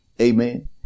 Amen